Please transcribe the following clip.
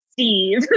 Steve